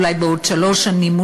ואולי בעוד שלוש שנים,